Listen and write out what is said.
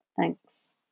Thanks